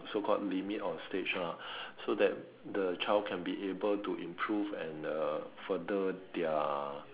so called limit or stage ah so that the child can be able to improve and uh further their